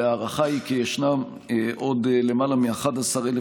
וההערכה היא כי ישנם עוד למעלה מ-11,000